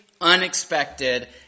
unexpected